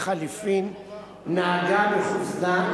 או לחלופין נהגה בחופזה,